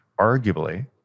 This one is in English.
arguably